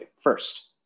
First